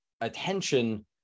attention